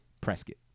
Prescott